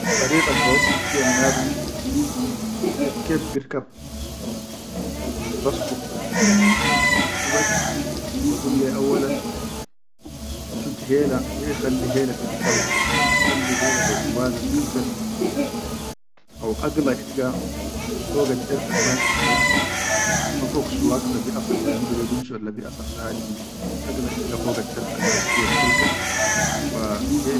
Addariqa al wassi fiyan nadum kef-kef birkab al baskut hubas ba gul le ya auwalan ifut heli, ya ihalli hela fi bikan wahid, ikhali hela ilwazan kal-kal, haw agila ilga foga darab al mashi fiya ma fok suwakta bi asir ma yom digo binshi walla bi asir da hadi bin shi, agila ilga fogal darab mashi fiya kal-kal wa.